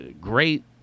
great